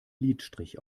lidstrich